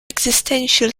existential